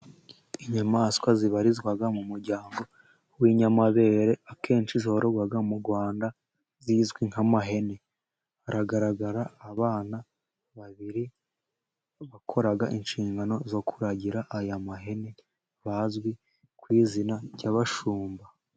Inyamaswa zibarizwa mu muryango w'inyamabere, akenshi zororwa mu Rwanda, zizwi nk'amahene, hagaragara abana babiri bakora inshingano zo kuragira aya mahene bazwi ku izina ry'abashumba